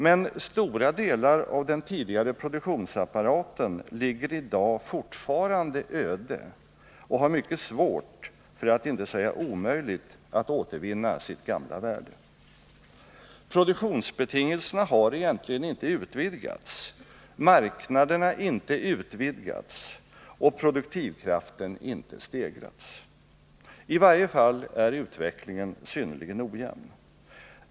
Men stora delar av den tidigare produktionsapparaten ligger fortfarande öde. Det är mycket svårt, för att inte säga omöjligt, för dessa att återvinna sitt gamla värde. Produktionsbetingelserna har egentligen inte utvidgats, marknaderna inte utvidgats och produktivkraften inte stegrats. I varje fall är utvecklingen synnerligen ojämn.